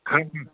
ହଁ ହଁ